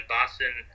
Boston